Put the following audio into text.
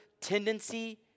tendency